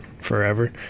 forever